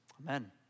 Amen